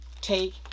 take